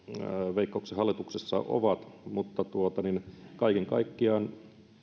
veikkauksen hallituksessa ovat kaiken kaikkiaan